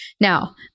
now